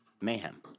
mayhem